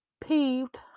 peeved